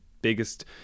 biggest